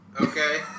Okay